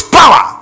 power